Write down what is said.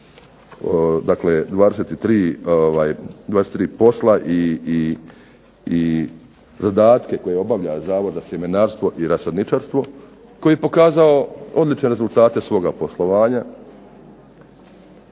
dakle 23 posla i zadatke koje obavlja Zavod za sjemenarstvo i rasadničarstvo, koji je pokazao odlične rezultate svoga poslovanja,